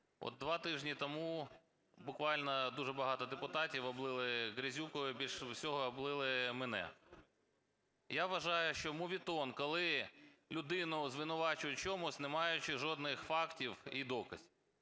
от два тижні тому буквально дуже багато депутатів облили грязюкою, більше всього облили мене. Я вважаю, що моветон, коли людину звинувачують у чомусь, не маючи жодних фактів і доказів.